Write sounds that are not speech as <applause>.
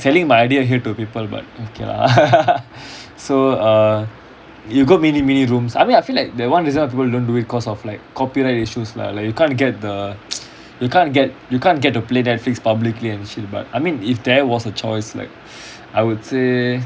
!wah! I think that I'm like telling my idea here to people but okay lah <laughs> so err you go mini mini rooms I mean I feel like the one reason why people don't do it is because of like copyright issues lah like you can't get the <noise> you can't get you can't get to play Netflix publicly and shit but I mean if there was a choice like I would say